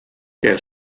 què